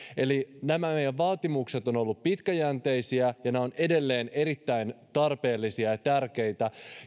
nämä meidän vaatimuksemme ovat olleet pitkäjänteisiä ja nämä ovat edelleen erittäin tarpeellisia ja tärkeitä